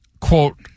quote